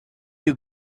you